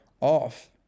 off